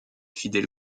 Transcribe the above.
fidèle